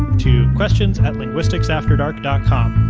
to questions and linguisticsafterdark com.